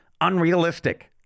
Unrealistic